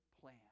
plan